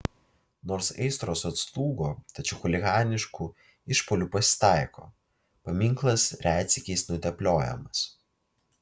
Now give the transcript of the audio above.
nors aistros atslūgo tačiau chuliganiškų išpuolių pasitaiko paminklas retsykiais nutepliojamas